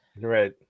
Right